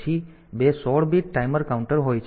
પછી બે 16 bit timer counter હોય છે